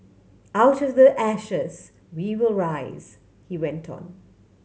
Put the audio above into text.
out of the ashes we will rise he went on